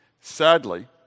Sadly